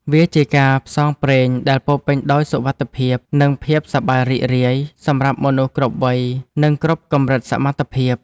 វាជាការផ្សងព្រេងដែលពោរពេញដោយសុវត្ថិភាព និងភាពសប្បាយរីករាយ សម្រាប់មនុស្សគ្រប់វ័យ និងគ្រប់កម្រិតសមត្ថភាព។